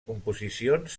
composicions